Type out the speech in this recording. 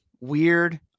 weird